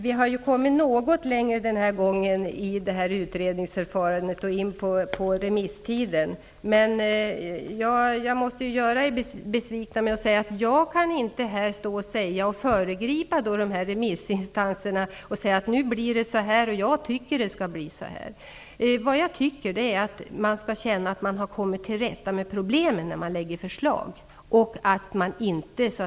Vi har ju nu kommit något längre i utredningsarbetet och in i remisstiden, men jag måste ändå kanske göra er besvikna genom att säga att jag inte kan föregripa remissinstansernas yttranden och säga att det nu skall bli på ett visst sätt eller hur jag tycker att det skall bli. Jag tycker att man skall känna att man kommer till rätta med problemen med de förslag som man lägger fram.